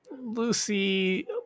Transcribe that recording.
Lucy